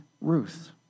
Ruth